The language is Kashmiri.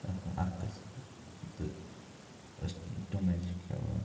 چھِ آسان اَکھ قسٕم تہٕ أسۍ چھِ تِمٔے چھِ کھیٚوان